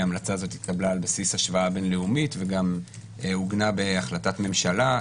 ההמלצה הזאת התקבלה על בסיס השוואה בין-לאומית וגם עוגנה בהחלטת ממשלה,